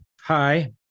hi